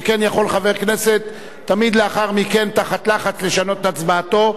שכן יכול חבר כנסת תמיד לאחר מכן תחת לחץ לשנות את הצבעתו.